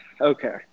Okay